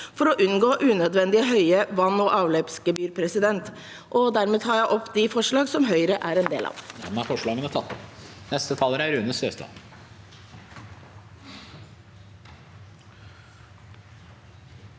for å unngå unødvendig høye vann- og avløpsgebyrer. Dermed tar jeg opp de forslagene som Høyre er en del av.